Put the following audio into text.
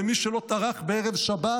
ומי שלא טרח בערב שבת,